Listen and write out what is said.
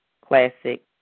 classic